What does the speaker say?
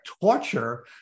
torture